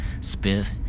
Spiff